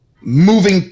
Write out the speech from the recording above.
moving